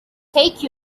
take